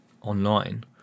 online